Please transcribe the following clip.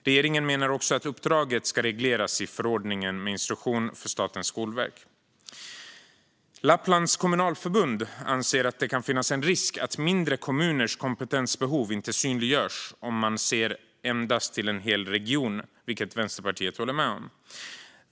Regeringen menar också att uppdraget ska regleras i förordningen med instruktion för Statens skolverk. Lapplands kommunalförbund anser att det kan finnas en risk att mindre kommuners kompetensbehov inte synliggörs om man ser endast till en hel region, vilket Vänsterpartiet håller med om.